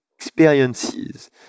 experiences